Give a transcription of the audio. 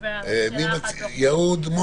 ונדבר על זה ביחד --- מי נמצא איתנו מיהוד-מונוסון?